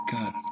God